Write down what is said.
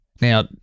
Now